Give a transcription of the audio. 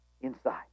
inside